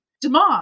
demand